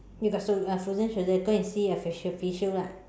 you got sh~ uh frozen shoulder go and see a facial facial lah